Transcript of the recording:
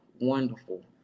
Wonderful